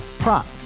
Prop